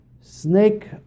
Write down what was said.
snake